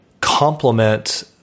complement